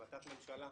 החלטת ממשלה,